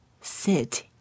sit